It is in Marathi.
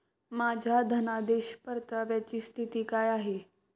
माझ्या धनादेश परताव्याची स्थिती काय आहे?